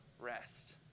rest